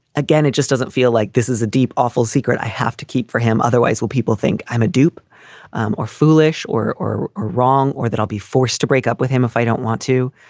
again, it just doesn't feel like this is a deep, awful secret. i have to keep for him. otherwise, will people think i'm a dupe um or foolish or or wrong, or that i'll be forced to break up with him if i don't want to?